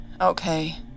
Okay